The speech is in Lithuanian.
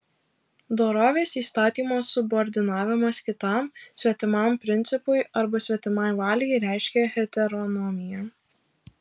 dorovės įstatymo subordinavimas kitam svetimam principui arba svetimai valiai reiškia heteronomiją